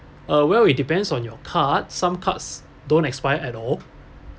uh well it depends on your card some cards don't expire at all